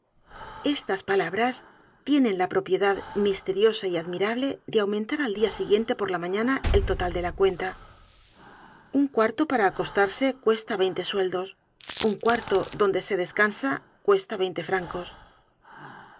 estas palabras tienen la propiedad misteriosa y admirable de aumentar al dia siguiente por la mañana el total de la cuenta un cuarto para acostarse cuesta veinte sueldos un cuarto donde se descansa cuesta veinte francos